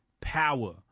power